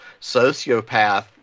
sociopath